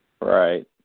Right